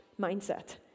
Mindset